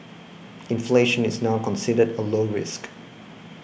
inflation is now considered a low risk